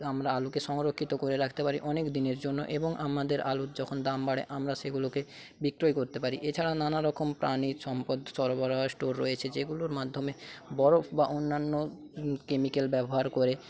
আমরা আলুকে সংরক্ষিত করে রাখতে পারি অনেক দিনের জন্য এবং আমাদের আলুর যখন দাম বাড়ে আমরা সেগুলোকে বিক্রয় করতে পারি এছাড়া নানারকম প্রাণীজ সম্পদ সরবরাহের স্টোর রয়েছে যেগুলোর মাধ্যমে বরফ বা অন্যান্য কেমিক্যাল ব্যবহার করে